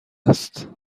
است